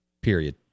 period